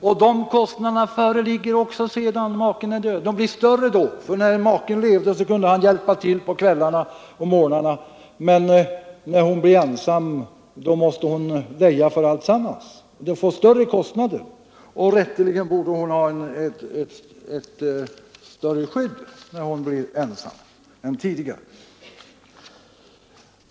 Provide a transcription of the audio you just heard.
Sådana kostnader föreligger också sedan make är död, och de blir större då — när maken levde kunde han hjälpa till på kvällarna och mornarna, men när kvinnan blir ensam måste hon leja för allt hemarbete. Hon får således större kostnader, och hon borde rätteligen ha ett större skydd när hon blir ensam än hon hade tidigare.